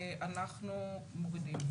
אנחנו מורידים.